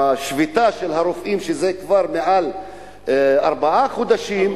השביתה של הרופאים, שזה כבר יותר מארבעה חודשים.